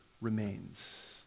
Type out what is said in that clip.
remains